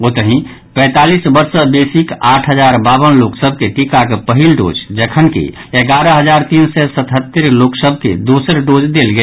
ओतहि पैंतालीस वर्ष सँ बेसीक आठ हजार बावन लोक सभ के टीकाक पहिल डोज जखनकि एगारह हजार तीन सय सतहत्तरि लोक सभ के दोसर डोज देल गेल